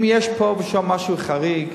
אם יש פה ושם משהו חריג,